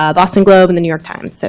ah boston globe, and the new york times. so